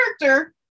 character